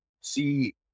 see